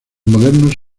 modernos